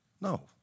No